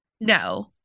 No